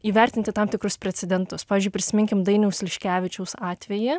įvertinti tam tikrus precedentus pavyzdžiui prisiminkime dainiaus liškevičiaus atvejį